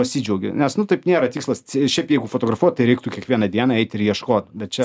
pasidžiaugi nes nu taip nėra tikslas ir šiaip jeigu fotografuot tai reiktų kiekvieną dieną eit ir ieškot bet čia